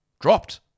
dropped